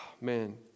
man